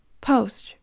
Post